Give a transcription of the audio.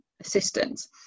assistance